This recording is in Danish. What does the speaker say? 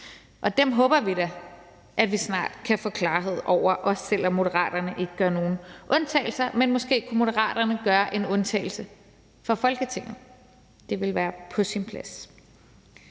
og dem håber vi da at vi snart kan få klarhed over, også selv om Moderaterne ikke gør nogen undtagelser. Men måske kunne Moderaterne gøre en undtagelse for Folketinget. Det ville være på sin plads.